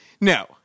no